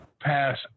pass